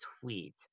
tweet